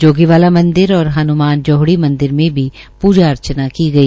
योगी वाला मंदिर और हनमान जोहड़ी मंदिर में भी पूजा अर्चना की गई